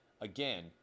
Again